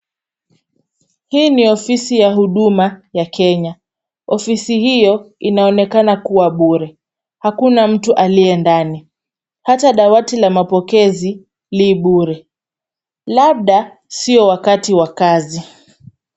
Hii ni ofisi ya huduma ya kenya. Ofisi hiyo inaonekana kuwa bure. Hakuna mtu aliyendani. Hata dawati la mapokezi li bure, labda sio wakati wa kazi.